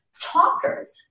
talkers